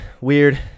Weird